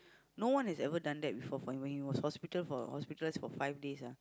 no one has ever done that before for him when he was hospital for hospitalised for five days ah